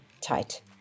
tight